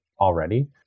already